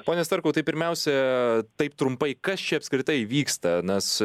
pone starkau tai pirmiausia taip trumpai kas čia apskritai vyksta nes